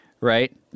right